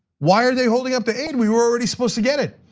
why are they holding up the aid, we were already supposed to get it?